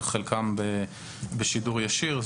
בחלקם בשידור ישיר.